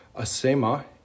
Asema